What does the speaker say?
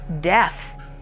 death